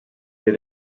they